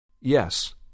Yes